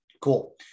cool